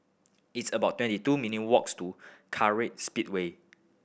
it's about twenty two minute walks to Kartright Speedway